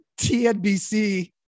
TNBC